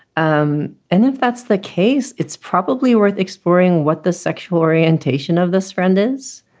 um and if that's the case, it's probably worth exploring what the sexual orientation of this friend is,